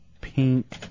pink